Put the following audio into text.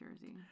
Jersey